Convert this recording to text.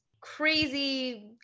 crazy